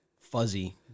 fuzzy